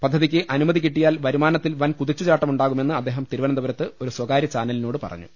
പദ്ധതിയ്ക്ക് അനുമതി കിട്ടി യാൽ വരുമാനത്തിൽ വൻ കുതിച്ചുചാട്ടമുണ്ടാകുമെന്ന് അദ്ദേഹം തിരുവനന്തപുരത്ത് ഒരു സ്വകാര്യ ചാനലിനോട് പറഞ്ഞു